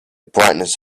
brightness